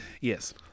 Yes